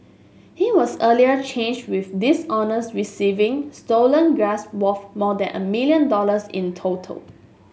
he was earlier charged with dishonest receiving stolen gas worth more than a million dollars in total